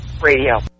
Radio